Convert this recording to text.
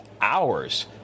hours